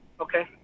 Okay